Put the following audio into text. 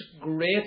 great